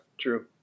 true